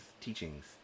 teachings